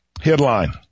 Headline